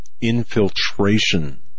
infiltration